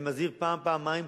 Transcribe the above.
אני מזהיר פעם ופעמיים,